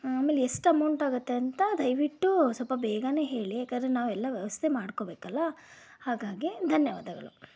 ಆಮೇಲೆ ಎಷ್ಟು ಅಮೌಂಟ್ ಆಗತ್ತೆ ಅಂತ ದಯವಿಟ್ಟು ಸ್ವಲ್ಪ ಬೇಗನೇ ಹೇಳಿ ಯಾಕೆಂದರೆ ನಾವು ಎಲ್ಲ ವ್ಯವಸ್ಥೆ ಮಾಡ್ಕೋಬೇಕಲ್ಲ ಹಾಗಾಗಿ ಧನ್ಯವಾದಗಳು